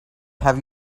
have